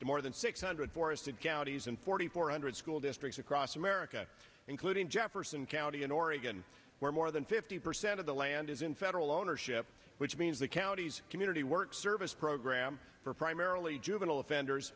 the more than six hundred forested galaxies and forty four hundred school districts across america including jefferson county in oregon where more than fifty percent of the land is in federal ownership which means the county's community work service program for primarily juvenile offenders